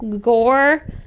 gore